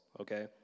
okay